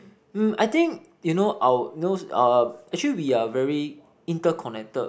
um I think you know our you know uh actually we are very interconnected